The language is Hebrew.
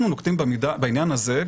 אנחנו נוקטים בעניין הזה,